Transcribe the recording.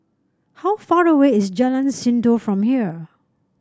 how far away is Jalan Sindor from here